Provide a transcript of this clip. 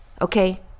okay